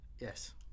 Yes